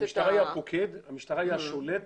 המשטרה היא השולט